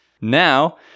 Now